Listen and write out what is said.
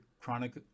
chronic